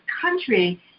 country